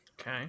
Okay